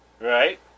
Right